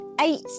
eight